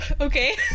Okay